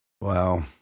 Wow